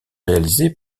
réalisée